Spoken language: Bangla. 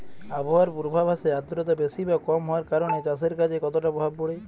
আবহাওয়ার পূর্বাভাসে আর্দ্রতা বেশি বা কম হওয়ার কারণে চাষের কাজে কতটা প্রভাব পড়ে?